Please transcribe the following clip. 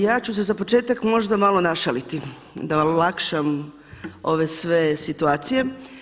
Ja ću se za početak možda malo našaliti da olakšam ove sve situacije.